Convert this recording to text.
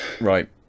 Right